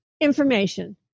information